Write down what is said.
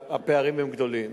הפערים הם גדולים,